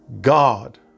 God